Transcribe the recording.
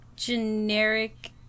generic